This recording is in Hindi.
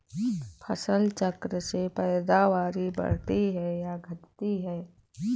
फसल चक्र से पैदावारी बढ़ती है या घटती है?